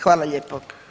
Hvala lijepo.